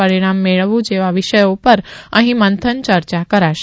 પરિણામ મેળવવું જેવા વિષયો ઉપર અહી મંથન ચર્ચા યોજાશે